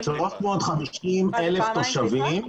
כן, 350,000 תושבים.